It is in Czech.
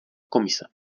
komise